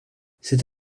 cette